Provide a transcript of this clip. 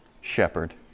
shepherd